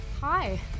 Hi